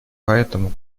поэтому